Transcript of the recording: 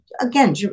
again